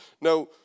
Now